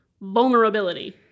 Vulnerability